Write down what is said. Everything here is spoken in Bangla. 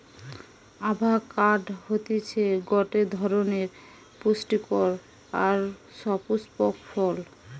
আভাকাড হতিছে গটে ধরণের পুস্টিকর আর সুপুস্পক ফল